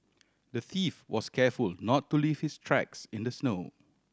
the thief was careful not to leave his tracks in the snow